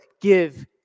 give